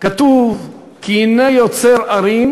כתוב "כי הנה יֹצר הרים